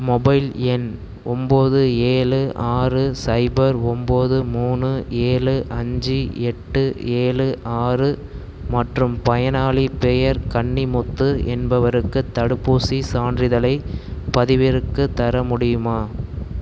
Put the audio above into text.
mobile எண் ஒம்பது ஏழு ஆறு சைபர் ஒம்பது மூணு ஏழு அஞ்சு எட்டு ஏழு ஆறு மற்றும் பயனாளிப் பெயர் கன்னிமுத்து என்பவருக்கு தடுப்பூசிச் சான்றிதழைப் பதிவிறக்க தர முடியுமா